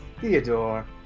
theodore